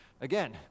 again